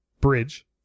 Bridge